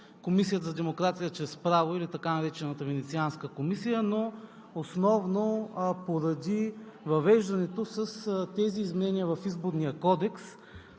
Комисията за демокрация чрез право, или така наречената Венецианска комисия, но основно поради въвеждане с тези изменения в Изборния кодекс